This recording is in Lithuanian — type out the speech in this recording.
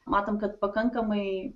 matom kad pakankamai